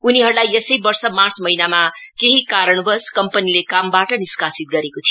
उनीहरुले यसै वर्ष मार्च महिनामा केही कारणवश कम्पनीले कामबटा निष्कासित गरेको थियो